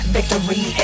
Victory